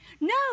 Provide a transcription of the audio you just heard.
No